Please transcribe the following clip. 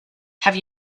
have